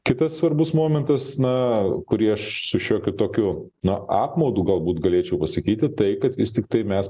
kitas svarbus momentas na kurį aš su šiokiu tokiu na apmaudu galbūt galėčiau pasakyti tai kad vis tiktai mes